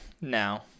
now